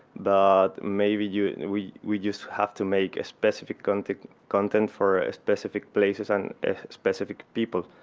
that maybe you know we we just have to make a specific content content for a specific places on specific people.